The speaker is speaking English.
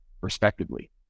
respectively